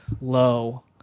low